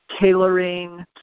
tailoring